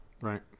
Right